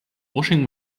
washing